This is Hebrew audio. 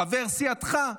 חבר סיעתך.